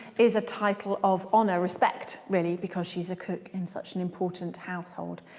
is a title of honour, respect really because she's a cook in such an important household.